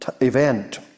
event